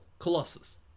Colossus